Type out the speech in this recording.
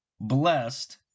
blessed